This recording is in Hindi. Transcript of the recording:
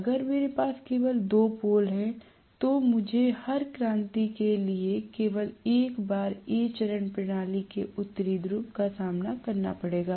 अगर मेरे पास केवल दो पोल हैं तो मुझे हर क्रांति के लिए केवल एक बार A चरण प्रणाली के उत्तरी ध्रुव का सामना करना पड़ेगा